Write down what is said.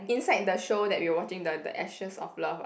inside the show that we were watching the the ashes of love ah